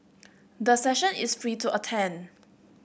the session is free to attend